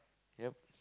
yup